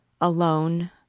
Alone